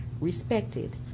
respected